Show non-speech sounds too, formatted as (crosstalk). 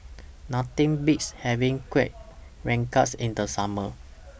(noise) Nothing Beats having Kuih Rengas in The Summer